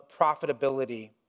profitability